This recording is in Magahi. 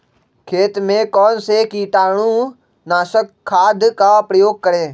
खेत में कौन से कीटाणु नाशक खाद का प्रयोग करें?